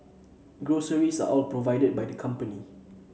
groceries are all provided by the company